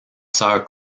sœur